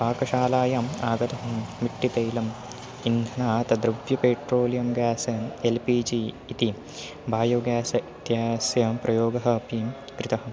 पाकशालायम् आगतं मिट्टितैलम् इन्धना तत् द्रव्य petroleum gas L P G इति बायोगेस् इत्यस्य प्रयोगः अपि कृतः